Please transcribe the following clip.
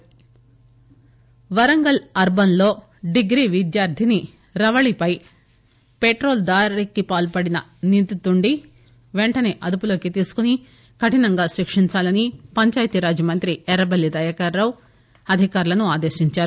set Errabelli Warangal urban లో degree విద్యార్దిని రవలిపై పెట్రోల్ దాడికి పాల్పడిన నిందుడిని పెంటసే అదుపులోనికి తీసుకొని కఠినంగా శిక్షించాలని పంచాయతీ రాజ్ మంత్రి ఎర్రబెల్లి దయాకర్ రావు అధికారులను ఆదేశించారు